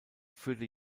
führte